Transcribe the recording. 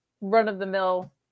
run-of-the-mill